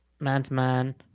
man-to-man